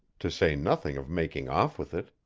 to say nothing of making off with it.